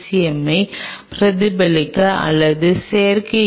M ஐப் பிரதிபலிக்கும் அல்லது செயற்கை ஈ